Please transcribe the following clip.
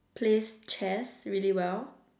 plays chess really well